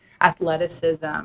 athleticism